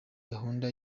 gahunda